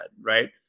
right